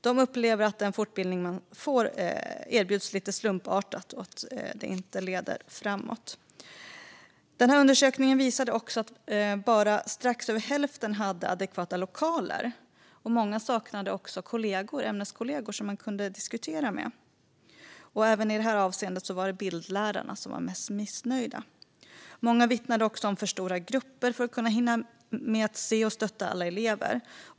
De upplevde att den fortbildning de får erbjuds lite slumpartat och att det inte leder framåt. Undersökningen visade också att bara strax över hälften hade adekvata lokaler. Många saknade också ämneskollegor som man kunde diskutera med. Även i detta avseende var bildlärarna de som var mest missnöjda. Många vittnade också om för stora grupper för att man skulle hinna med att se och stötta alla elever.